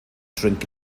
drink